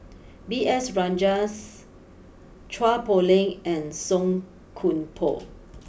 B S Rajhans Chua Poh Leng and Song Koon Poh